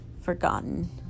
forgotten